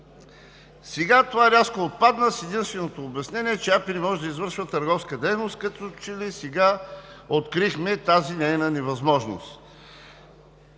Сега това рязко отпадна с единственото обяснение, че АПИ не може да извършва търговска дейност – като че ли сега открихме тази нейна невъзможност.